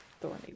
thorny